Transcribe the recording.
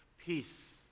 peace